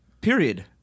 Period